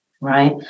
right